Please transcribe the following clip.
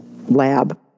lab